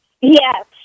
Yes